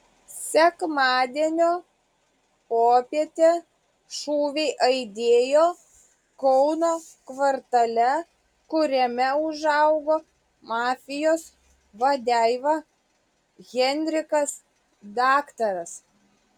sekmadienio popietę šūviai aidėjo kauno kvartale kuriame užaugo mafijos vadeiva henrikas daktaras